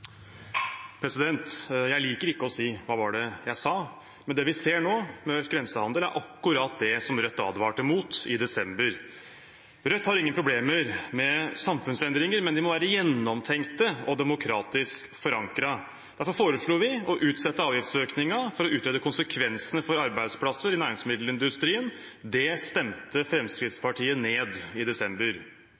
Jeg liker ikke å si «Hva var det jeg sa?», men det vi ser nå med økt grensehandel, er akkurat det Rødt advarte mot i desember. Rødt har ingen problemer med samfunnsendringer, men de må være gjennomtenkte og demokratisk forankret. Derfor foreslo vi å utsette avgiftsøkningen for å utrede konsekvensene for arbeidsplasser i næringsmiddelindustrien – det var Fremskrittspartiet med på å stemme ned i desember.